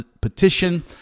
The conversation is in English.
petition